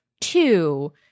two